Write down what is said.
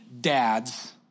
dad's